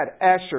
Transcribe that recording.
Asher